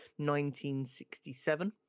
1967